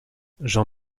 jean